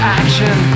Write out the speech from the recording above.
action